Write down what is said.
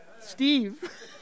steve